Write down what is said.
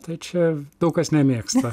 tai čia daug kas nemėgsta